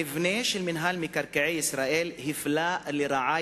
המבנה של מינהל מקרקעי ישראל הפלה לרעה